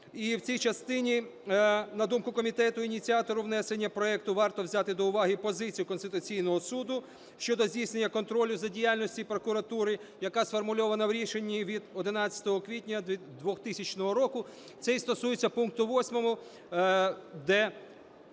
і в цій частині, на думку комітету, ініціатору внесення проекту варто взяти до уваги позицію Конституційного Суду щодо здійснення контролю за діяльністю прокуратури, яка сформульована в рішенні від 11 квітня 2000 року. Це стосується пункту 8, де